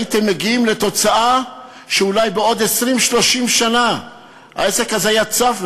הייתם מגיעים לתוצאה שאולי בעוד 20 30 שנה העסק הזה היה צף,